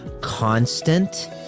Constant